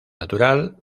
natural